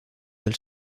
del